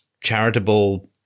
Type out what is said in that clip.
charitable